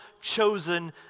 chosen